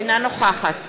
אינה נוכחת